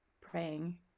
praying